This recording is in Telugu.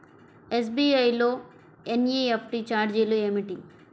ఎస్.బీ.ఐ లో ఎన్.ఈ.ఎఫ్.టీ ఛార్జీలు ఏమిటి?